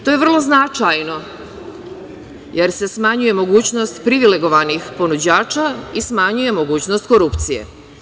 To je vrlo značajno jer se smanjuje mogućnost privilegovanih ponuđača i smanjuje mogućnost korupcije.